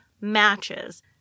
matches